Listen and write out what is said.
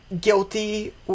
guilty